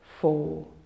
four